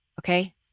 Okay